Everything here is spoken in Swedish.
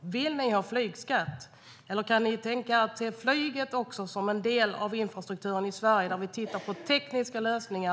Vill ni ha flygskatt, eller kan ni tänka att flyget också är en del av infrastrukturen i Sverige, där vi tittar på tekniska lösningar?